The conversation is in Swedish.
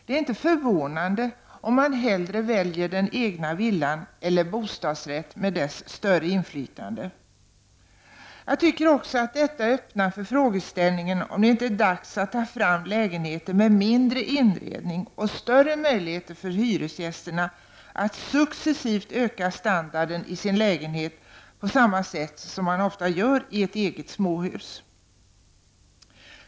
Det är inte förvånande om man hellre väljer den egna villan eller bostadsrätt med dess större inflytande. Jag tycker också att detta öppnar för frågeställningen om det inte är dags att ta fram lägenheter med mindre inredning och större möjligheter för hyresgästerna att successivt öka standarden i sin lägenhet på samma sätt som man ofta gör i ett eget småhus.